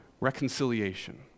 Reconciliation